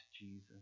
Jesus